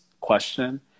question